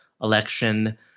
election